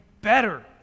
better